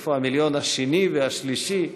איפה המיליון השני והשלישי?